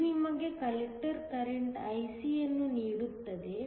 ಇದು ನಿಮಗೆ collector current IC ಅನ್ನು ನೀಡುತ್ತದೆ